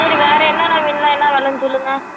சரி வேறு என்னென்ன மீனெலாம் என்ன வெலைனு சொல்லுங்கள்